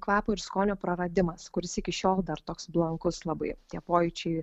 kvapo ir skonio praradimas kuris iki šiol dar toks blankus labai tie pojūčiai